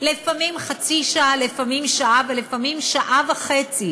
לפעמים חצי שעה, לפעמים שעה ולפעמים שעה וחצי